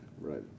Right